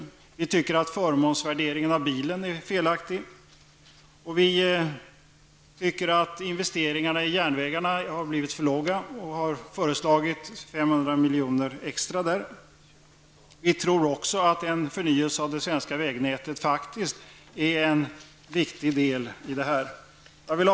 Sedan tycker vi att förmånsvärderingen på bilsidan är felaktig. Dessutom tycker vi att investeringarna i järnvägar har blivit alltför små. Därför har vi förslag om 500 miljoner extra i det avseendet. Vidare tror vi att en förnyelse av det svenska vägnätet utgör en viktig del i det här sammanhanget.